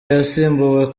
yasimbuye